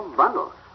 bundles